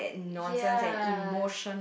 ya